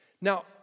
Now